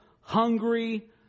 hungry